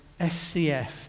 SCF